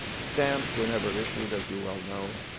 stamps were never issued as you well know.